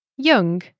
jong